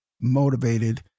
motivated